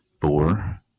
four